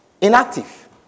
inactive